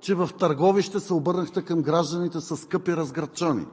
че в Търговище се обърнахте към гражданите със „Скъпи разградчани!“,